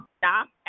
stop